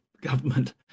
government